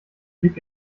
blick